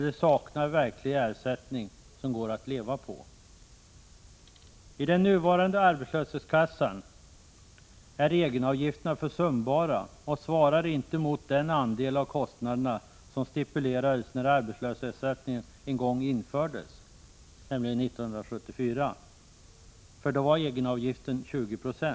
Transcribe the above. De har ju ingen ersättning som det verkligen går att leva på. I den nuvarande arbetslöshetskassan är egenavgifterna försumbara och svarar inte mot den andel av kostnaderna som stipulerades när arbetslöshetsersättningen en gång infördes, nämligen 1974. Då låg egenavgiften på 20 96.